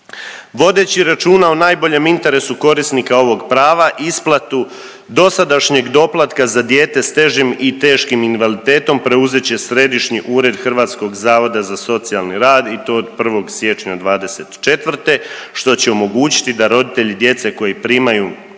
Vodeći računa o najboljem interesu korisnika ovog prava, isplatu dosadašnjeg doplatka za dijete s težim i teškim invaliditetom preuzet će središnji ured Hrvatskog zavoda za socijalni rad i to od 1. siječnja '24. što će omogućiti da roditelji djece koji primaju